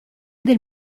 del